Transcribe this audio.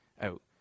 out